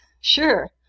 sure